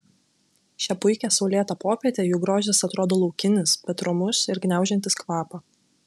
šią puikią saulėtą popietę jų grožis atrodo laukinis bet romus ir gniaužiantis kvapą